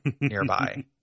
nearby